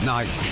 Night